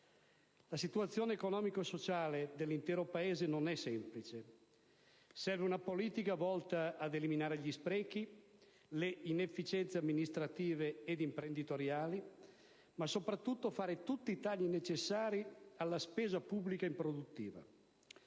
La situazione economico-sociale dell'intero Paese non è semplice: serve una politica volta ad eliminare gli sprechi e le inefficienze amministrative ed imprenditoriali, ma soprattutto bisogna fare tutti i tagli necessari alla spesa pubblica improduttiva.